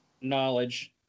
knowledge